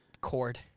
cord